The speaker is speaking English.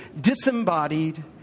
disembodied